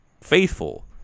faithful